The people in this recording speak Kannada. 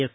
ಎಸ್